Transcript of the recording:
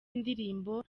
indirimbo